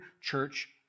church